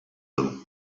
them